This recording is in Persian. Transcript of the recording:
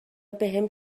بهم